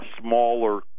smaller